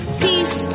peace